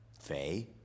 Faye